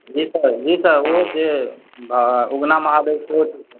जी sir जी sir ओहो छै आओर उगना महादेव सेहो छै सर